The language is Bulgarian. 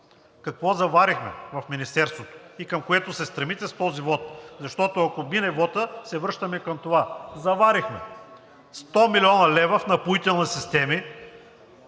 Какво заварихме в Министерството и към което се стремите с този вот, защото, ако мине вотът, се връщаме към това? Заварихме 100 млн. лв. в Напоителни системи,